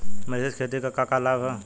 मिश्रित खेती क का लाभ ह?